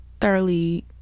thoroughly